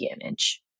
image